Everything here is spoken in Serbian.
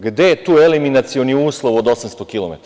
Gde je tu eliminacioni uslov od 800 kilometara?